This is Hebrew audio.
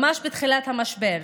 ממש בתחילת המשבר,